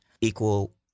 equal